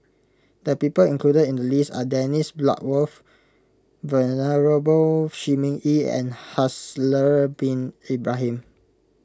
the people included in the list are Dennis Bloodworth Venerable Shi Ming Yi and Haslir Bin Ibrahim